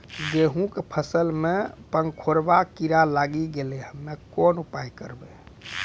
गेहूँ के फसल मे पंखोरवा कीड़ा लागी गैलै हम्मे कोन उपाय करबै?